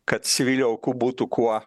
kad civilių aukų būtų kuo